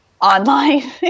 online